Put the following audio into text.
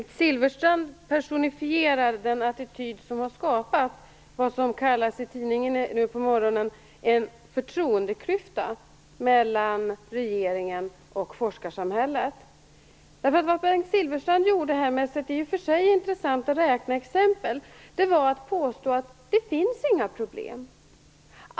Herr talman! Bengt Silfverstrand personifierar den attityd som har skapat vad som i tidningen nu på morgonen kallas en förtroendeklyfta mellan regeringen och forskarsamhället. Bengt Silfverstrand påstod i sitt i och för sig intressant räkneexempel att det inte finns några problem.